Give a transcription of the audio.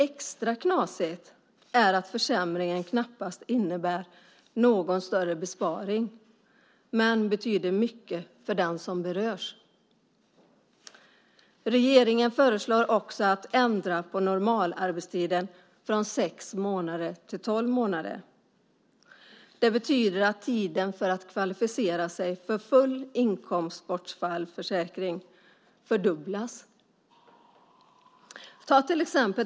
Extra knasigt är att försämringen knappast innebär någon större besparing men betyder mycket för den som berörs. Regeringen föreslår också att ändra på normalarbetstiden från sex månader till tolv månader. Det betyder att tiden för att kvalificera sig för full inkomstbortfallsförsäkring fördubblas.